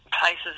places